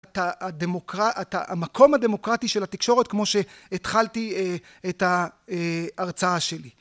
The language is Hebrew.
המקום הדמוקרטי של התקשורת כמו שהתחלתי את ההרצאה שלי.